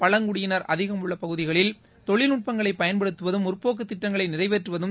பழங்குடியினர் அதிகம் உள்ள பகுதிகளில் தொழில்நுட்பங்களை பயன்படுத்துவதும் முற்போக்கு திட்டங்களை நிறைவேற்றுவதும்